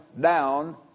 down